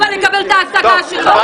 הוא לקבל את ההצגה שלו.